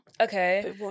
Okay